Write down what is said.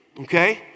Okay